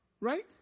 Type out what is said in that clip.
Right